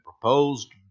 proposed